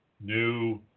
new